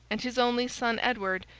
and his only son edward,